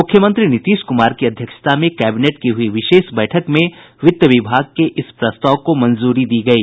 मुख्यमंत्री नीतीश कुमार की अध्यक्षता में कैबिनेट की हुई विशेष बैठक में वित्त विभाग के इस प्रस्ताव को मंजूरी दी गयी